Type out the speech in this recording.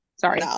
sorry